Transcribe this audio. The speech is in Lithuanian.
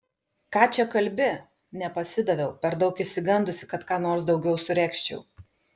ką čia kalbi nepasidaviau per daug išsigandusi kad ką nors daugiau suregzčiau